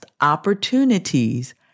opportunities